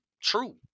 true